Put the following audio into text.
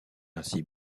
ainsi